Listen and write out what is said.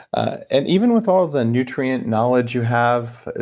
and even with all of the nutrient knowledge you have,